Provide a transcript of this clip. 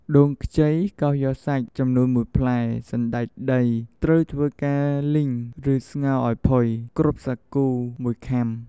ដូងខ្ចីកោសយកសាច់ ចំនួន ១ ផ្លែ, សណ្ដែកដី ត្រូវធ្វើការលីង ឬស្ងោរឱ្យផុយ, គ្រាប់សាគូ ១ ខាំ ។